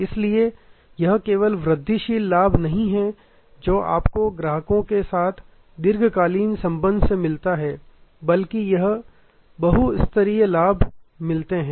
इसलिए यह केवल वृद्धिशील लाभ नहीं है जो आपको ग्राहक के साथ दीर्घकालिक संबंध से मिलता है बल्कि आपको कई बहु स्तरीय लाभ मिलते हैं